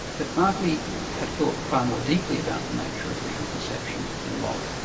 but berkeley had thought far more deeply about the nature of visual perception than locke.